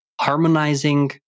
harmonizing